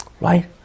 right